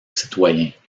citoyens